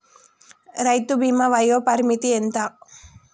రైతు బీమా వయోపరిమితి ఎంత?